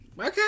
Okay